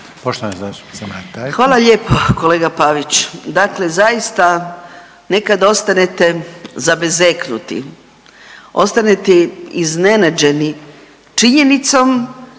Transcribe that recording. Hvala lijepo kolega Pavić. Dakle zaista nekad ostanete zabezeknuti, ostanete iznenađeni činjenicom